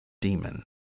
demon